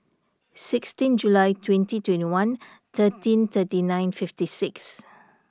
sixteen July twenty twenty one thirteen thirty nine fifty six